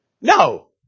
No